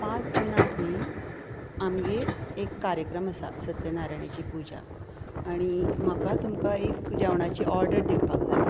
पांच जूनाक न्ही आमगेर एक कार्यक्रम आसा सत्यनारायणाची पूजा आनी म्हाका तुमकां एक जेवणाची ऑडर दिवपाक जाय